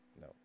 no